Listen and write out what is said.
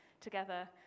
together